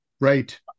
Right